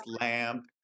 lamp